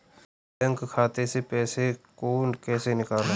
Bank खाते से पैसे को कैसे निकालें?